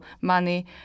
money